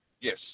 Yes